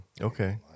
Okay